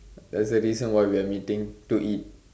there's a reason why we are meeting to eat